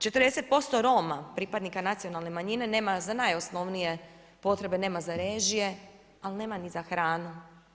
40% Roma pripadnika nacionalne manjine nema za najoosnovnije potrebe, nema za režije, ali nema ni za hranu.